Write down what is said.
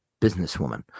businesswoman